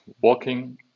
walking